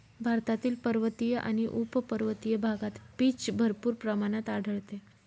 भारतातील पर्वतीय आणि उपपर्वतीय भागात पीच भरपूर प्रमाणात आढळते